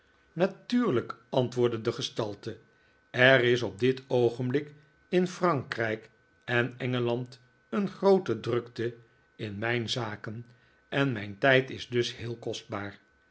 natuurlijk antwoordde de gestalte er is op dit oogenblik in frankrijk en engeland een groote drukte in mijn zaken en mijn tijd is dus heel kostbaar